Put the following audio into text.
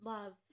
Love